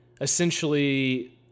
essentially